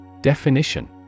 Definition